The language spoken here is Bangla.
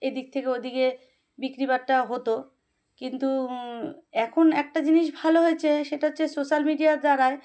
এদিক থেকে ওদিকে বিক্রি বাটটা হতো কিন্তু এখন একটা জিনিস ভালো হয়েছে সেটা হচ্ছে সোশ্যাল মিডিয়ার দ্বারা